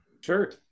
Sure